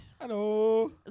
hello